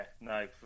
no